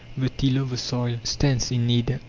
the tiller of the soil, stands in need.